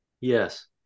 Yes